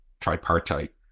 tripartite